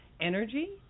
energy